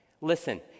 Listen